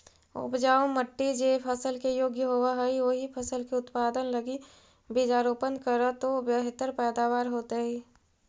उपजाऊ मट्टी जे फसल के योग्य होवऽ हई, ओही फसल के उत्पादन लगी बीजारोपण करऽ तो बेहतर पैदावार होतइ